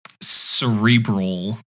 cerebral